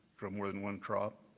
from more than one crop,